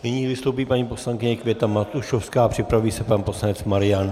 Nyní vystoupí paní poslankyně Květa Matušovská a připraví se pan poslanec Marian...